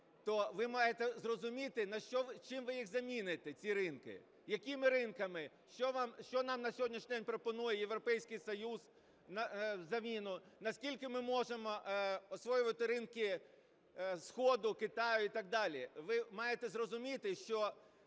то ви маєте зрозуміти, чим ви їх заміните ці ринки, якими ринками. Що нам на сьогоднішній день пропонує Європейський Союз в заміну? Наскільки ми можемо освоювати ринки Сходу, Китаю і так далі? Ви маєте зрозуміти, що